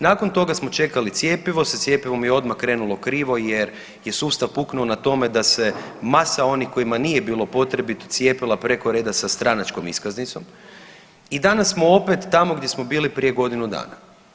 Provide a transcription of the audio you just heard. Nakon toga smo čekali cjepivo, sa cjepivom je odmah krenulo krivo jer je sustav puknuo na tome da se masa onih kojima nije bilo potrebito cijepila preko reda sa stranačkom iskaznicom i danas smo opet tamo gdje smo bili prije godinu dana.